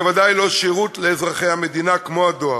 בוודאי לא שירות לאזרחי המדינה כמו הדואר.